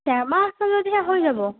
দেৰ মাহ আছে যদিহে হৈ যাব